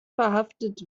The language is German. verhaftet